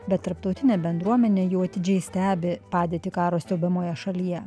bet tarptautinė bendruomenė jau atidžiai stebi padėtį karo siaubiamoje šalyje